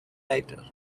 lighter